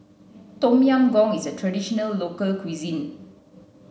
Tom Yam Goong is a traditional local cuisine